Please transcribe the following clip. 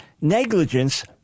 negligence